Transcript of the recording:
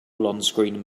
onscreen